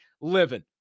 living